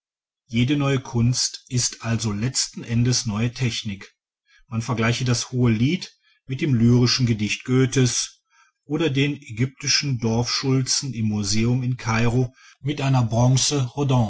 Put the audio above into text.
jede neue kunst ist also letzten endes neue technik man vergleiche das hohe lied mit einem lyrischen gedicht goethes oder den ägyptischen dorfschulzen im museum in kairo mit einer